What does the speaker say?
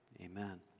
Amen